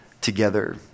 together